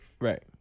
Right